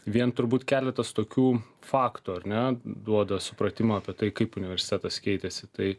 vien turbūt keletas tokių faktų ar ne duoda supratimą apie tai kaip universitetas keitėsi tai